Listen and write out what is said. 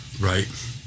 right